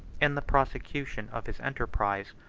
in the prosecution of his enterprise,